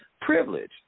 Privilege